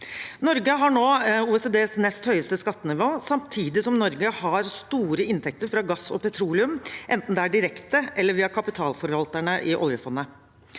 Norge har nå OECDs nest høyeste skattenivå, samtidig som Norge har store inntekter fra gass og petroleum, enten direkte eller via kapitalforvalterne i oljefondet.